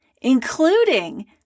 including